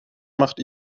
macht